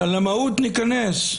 למהות ניכנס.